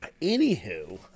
anywho